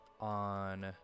on